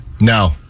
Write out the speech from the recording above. No